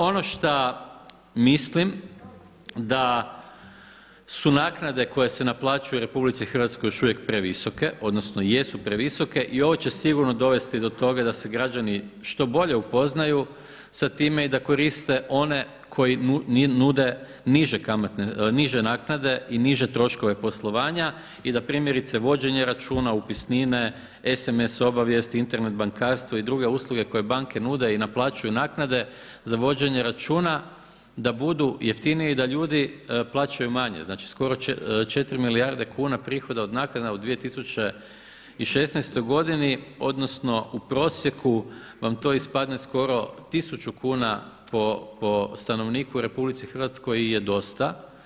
Ono šta mislim da su naknade koje se naplaćuju u RH još uvijek previsoke, odnosno jesu previsoke i ovo će sigurno dovesti do toga da se građani što bolje upoznaju sa time i da koriste one koji nude niže naknade i niže troškove poslovanja i da primjerice vođenje računa, upisnine, sms obavijesti, Internet bankarstvo i druge usluge koje banke nude i naplaćuju naknade za vođenje računa, da budu jeftiniji i da ljudi plaćaju manje, znači skoro 4 milijarde kuna prihoda od naknada u 2016. godini, odnosno u prosjeku vam to ispadne skoro 1000 kuna po stanovniku u RH je dosta.